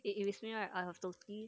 eh if it's me right I have totally